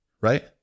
Right